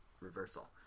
reversal